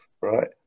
right